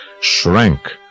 shrank